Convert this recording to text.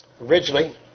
Originally